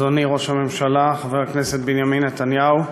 אדוני ראש הממשלה חבר הכנסת בנימין נתניהו,